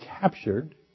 captured